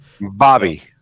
bobby